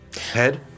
head